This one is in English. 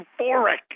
euphoric